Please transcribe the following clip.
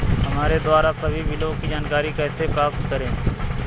हमारे द्वारा सभी बिलों की जानकारी कैसे प्राप्त करें?